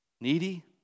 Needy